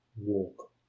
walk